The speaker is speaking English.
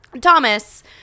Thomas